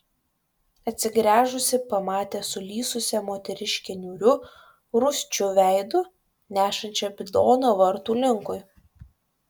atsigręžusi pamatė sulysusią moteriškę niūriu rūsčiu veidu nešančią bidoną vartų linkui